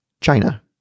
China